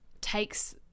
takes